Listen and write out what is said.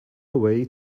away